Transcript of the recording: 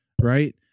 right